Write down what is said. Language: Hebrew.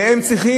ועכשיו הם צריכים,